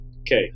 Okay